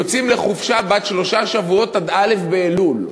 יוצאים לחופשה בת שלושה שבועות עד א' באלול.